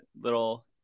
little